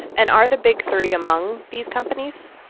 and are the big three among these companies?